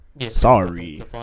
Sorry